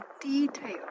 details